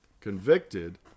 convicted